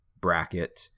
bracket